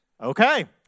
Okay